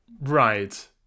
right